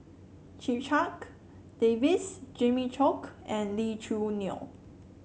Checha Davies Jimmy Chok and Lee Choo Neo